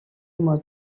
was